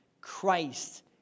Christ